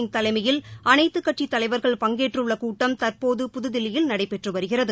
சிங் தலைமையில் அனைத்துக் கட்சித் தலைவர்கள் பங்கேற்றுள்ள கூட்டம் தற்போது புதுதில்லியில் நடைபெற்று வருகிறது